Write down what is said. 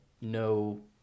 no